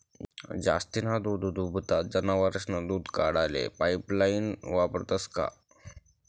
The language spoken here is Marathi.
जास्तीना दूधदुभता जनावरेस्नं दूध काढाले पाइपलाइन वापरतंस का?